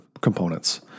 components